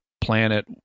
planet